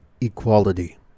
equality